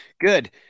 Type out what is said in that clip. Good